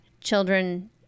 children